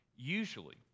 Usually